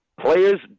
players